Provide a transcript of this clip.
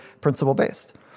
principle-based